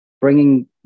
bringing